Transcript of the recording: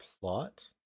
plot